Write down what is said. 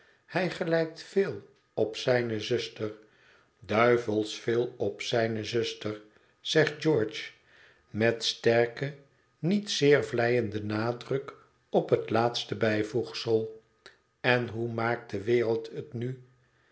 hij gelijkt veel op zijne zuster duivels veel op zijne zuster zegt george met sterken niet zeer vleienden nadruk op het laatste bijvoegsel en hoe maakt de wereld het nu